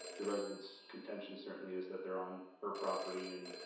the resident's contention certainly is that they're on her property and